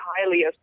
highly